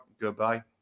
Goodbye